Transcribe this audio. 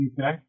Okay